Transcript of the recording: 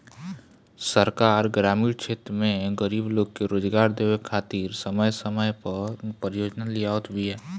सरकार ग्रामीण क्षेत्र में गरीब लोग के रोजगार देवे खातिर समय समय पअ परियोजना लियावत बिया